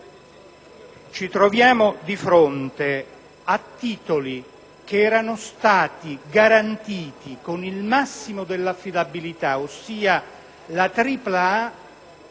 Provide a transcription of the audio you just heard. ci troviamo di fronte a titoli che erano stati garantiti con il massimo dell'affidabilità, ossia la tripla A,